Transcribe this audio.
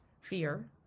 fear